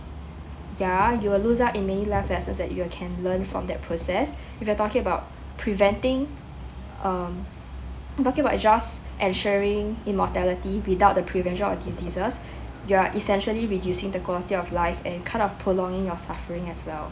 ya you will lose out in many life lessons that you are can learn from that process if you're talking about preventing um talking about is just ensuring immortality without the prevention of diseases you're essentially reducing the quality of life and kind of prolonging your suffering as well